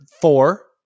four